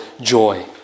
joy